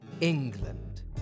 England